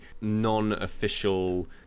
non-official